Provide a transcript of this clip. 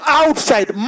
outside